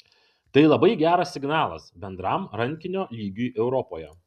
tai labai geras signalas bendram rankinio lygiui europoje